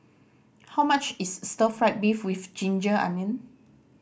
how much is stir fried beef with ginger onion